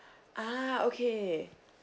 ah okay